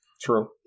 True